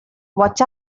watch